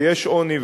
ויש עוני,